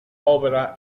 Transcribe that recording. opera